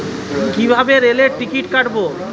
কিভাবে রেলের টিকিট কাটব?